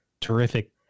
terrific